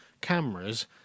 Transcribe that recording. cameras